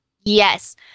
Yes